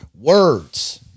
Words